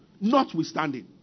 notwithstanding